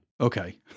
Okay